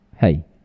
Hey